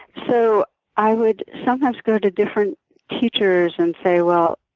so i would sometimes go to different teachers and say, well,